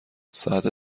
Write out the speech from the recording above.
ساعت